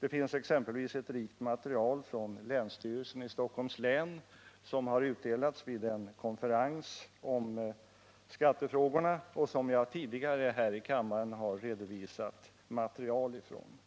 Det finns exempelvis ett rikt material från länsstyrelsen i Stockholms län som har utdelats vid en konferens om skattefrågorna och som jag tidigare här i kammaren har redovisat material från.